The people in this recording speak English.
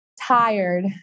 tired